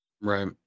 Right